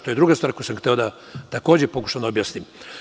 To je druga stvar koju sam takođe hteo da pokušam da objasnim.